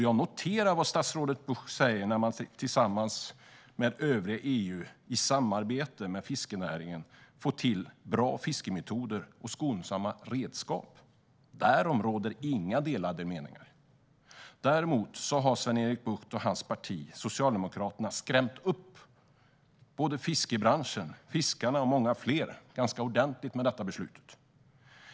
Jag noterar vad statsrådet Bucht säger om att man tillsammans med övriga EU och i samarbete med fiskerinäringen ska få till bra fiskemetoder och skonsamma redskap. Därom råder inga delade meningar. Däremot har Sven-Erik Bucht och hans parti, Socialdemokraterna, skrämt upp fiskebranschen, fiskarna och många fler ganska ordentligt med detta beslut.